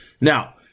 Now